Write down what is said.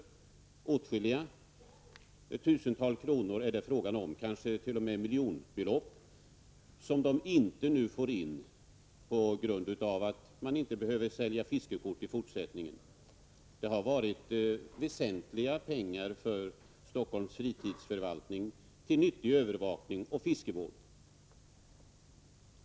Det är fråga om åtskilliga tusentals kronor, kanske t.o.m. miljonbelopp, som förvaltningen nu inte får in på grund av att den inte kan sälja fiskekort i fortsättningen. Det har varit väsentliga pengar för Stockholms fritidsförvaltning, till nyttig övervakning och fiskevård.